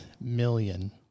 million